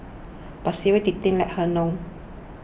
but serial dating left her hollow